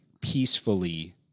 peacefully